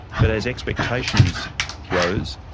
but as expectations rose,